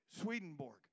Swedenborg